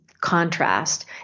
contrast